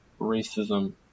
racism